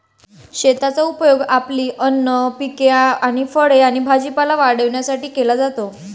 शेताचा उपयोग आपली अन्न पिके आणि फळे आणि भाजीपाला वाढवण्यासाठी केला जातो